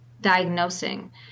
diagnosing